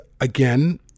again